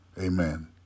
Amen